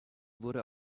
wurde